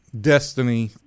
destiny